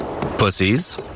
Pussies